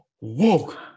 Woke